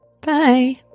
Bye